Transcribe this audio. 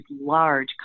large